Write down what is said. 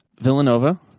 Villanova